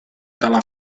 dalla